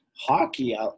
hockey